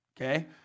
okay